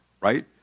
right